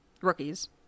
rookies